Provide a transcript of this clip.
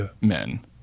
men